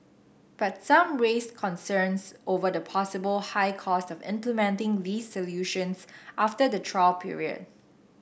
but some raised concerns over the possible high cost of implementing these solutions after the trial period